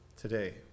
today